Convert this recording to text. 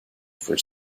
for